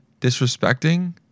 disrespecting